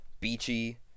beachy